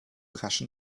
raschen